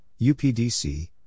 UPDC